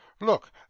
look